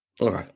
Okay